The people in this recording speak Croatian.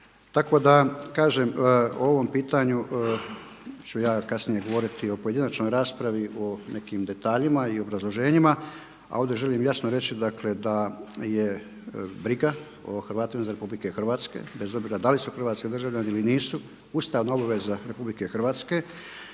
Tako da kažem o ovom pitanju ću ja kasnije govoriti u pojedinačnoj raspravi o nekim detaljima i obrazloženjima a ovdje želim jasno reći dakle da je briga o Hrvatima izvan RH bez obzira da li su hrvatski državljani ili nisu ustavna obaveza Republike Hrvatske,